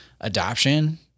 adoption